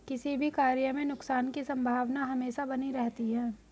किसी भी कार्य में नुकसान की संभावना हमेशा बनी रहती है